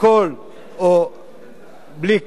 הכול או בלי כלום,